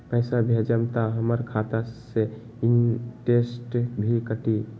पैसा भेजम त हमर खाता से इनटेशट भी कटी?